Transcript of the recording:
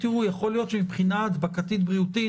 יכול להיות שמבחינה הדבקתית-בריאותית